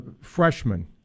Freshman